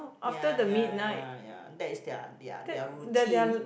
ya ya ya ya that is their their their routine